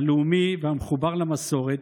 הלאומי והמחובר למסורת,